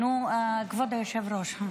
כבוד היושב-ראש.